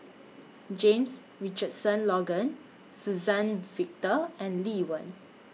James Richardson Logan Suzann Victor and Lee Wen